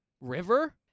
river